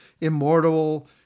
immortal